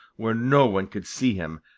where no one could see him,